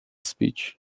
speech